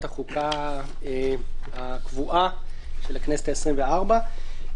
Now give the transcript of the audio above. החוקה הקבועה של הכנסת העשרים-וארבע.